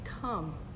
Come